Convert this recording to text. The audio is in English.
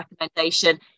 recommendation